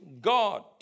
God